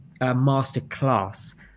masterclass